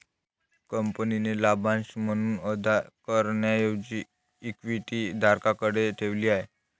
कंपनीने लाभांश म्हणून अदा करण्याऐवजी इक्विटी धारकांकडे ठेवली आहे